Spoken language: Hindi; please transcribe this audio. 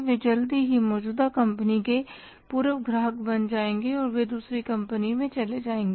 वे जल्द ही मौजूदा कंपनी के पूर्व ग्राहक बन जाएंगे और वे दूसरी कंपनी में चले जाएंगे